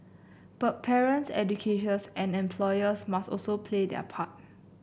but parents educators and employers must also play their part